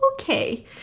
Okay